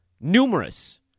numerous